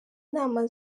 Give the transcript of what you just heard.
nama